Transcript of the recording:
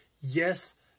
Yes